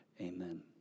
amen